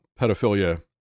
pedophilia